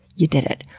you did it.